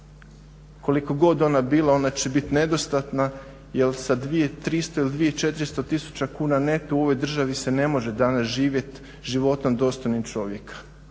Koliko god ona bila, ona će bit nedostatna jer sa 2300 ili 2400 kuna neto u ovoj državi se ne može danas živjet životom dostojnim čovjeka.